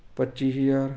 ਪੱਚੀ ਹਜ਼ਾਰ